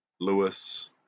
Lewis